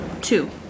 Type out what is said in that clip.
two